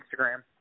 Instagram